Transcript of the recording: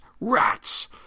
RATS